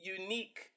unique